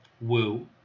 Woo